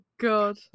God